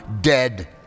dead